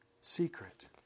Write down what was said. secret